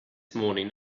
morning